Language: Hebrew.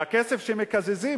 והכסף שמקזזים,